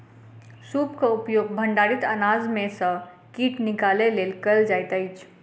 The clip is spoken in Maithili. सूपक उपयोग भंडारित अनाज में सॅ कीट निकालय लेल कयल जाइत अछि